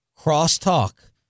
Crosstalk